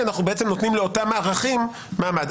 אנחנו נותנים לאותם ערכים מעמד.